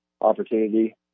opportunity